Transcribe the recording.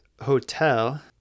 Hotel